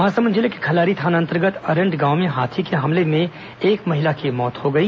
महासमुंद जिले के खल्लारी थाना अंतर्गत अरण्ड गांव में हाथी के हमले में एक महिला की मौत हो गई